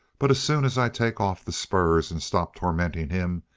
but as soon as i take off the spurs and stop tormenting him,